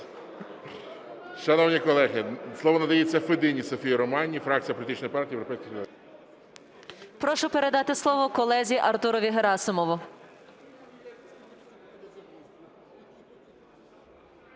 Прошу передати слово колезі Артурові Герасимову.